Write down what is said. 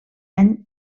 any